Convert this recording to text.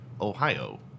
Ohio